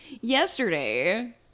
yesterday